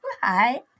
hi